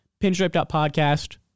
Pinstripe.podcast